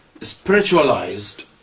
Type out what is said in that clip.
spiritualized